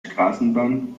straßenbahn